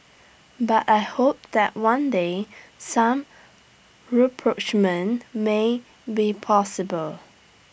but I hope that one day some rapprochement may be possible